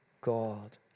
God